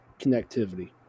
connectivity